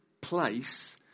place